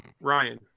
Ryan